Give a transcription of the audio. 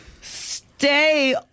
Stay